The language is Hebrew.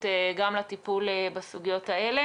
בכנות גדולה.